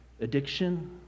addiction